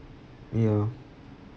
ya